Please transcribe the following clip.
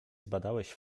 zbadałeś